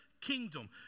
kingdom